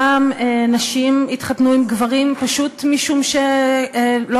פעם נשים התחתנו עם גברים פשוט משום שלא